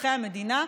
באזרחי המדינה,